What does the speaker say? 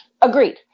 Agreed